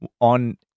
on